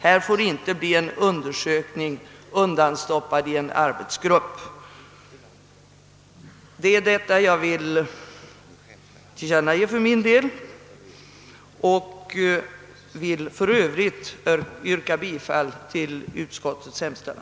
Jag har därmed velat stryka under att det inte får bli en undersökning undanstoppad i en arbetsgrupp. Jag vill för övrigt yrka bifall till utskottets hemställan.